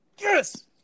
Yes